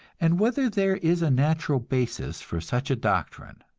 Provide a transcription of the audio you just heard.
and whether there is a natural basis for such a doctrine.